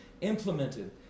implemented